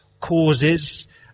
causes